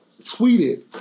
tweeted